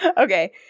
okay